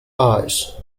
eyes